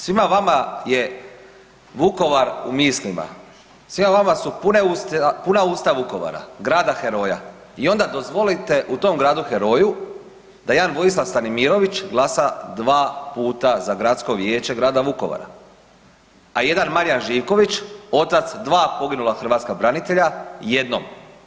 Svima vama je Vukovar u mislima, svima vama su puna usta Vukovara, grada heroja i onda dozvolite u tom gradu heroju da jedan Vojislav Stanimirović glasa 2 puta za gradsko vijeće grada Vukovara, a jedan Marijan Živković, otac 2 poginula hrvatska branitelja jednom.